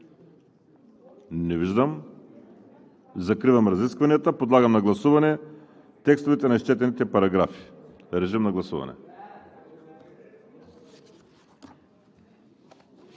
Не виждам. Закривам разискванията. Подлагам на гласуване текстовете на изчетените параграфи. Гласували